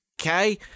Okay